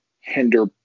hinder